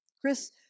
Chris